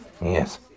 Yes